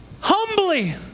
humbly